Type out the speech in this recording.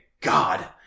God